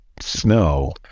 snow